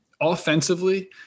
offensively